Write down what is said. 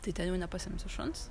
tai ten jau nepasiimsi šuns